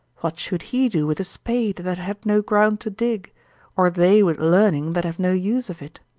what should he do with a spade, that hath no ground to dig or they with learning, that have no use of it?